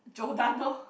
Giordano